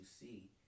see